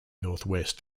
northwest